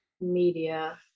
Media